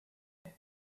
també